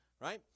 right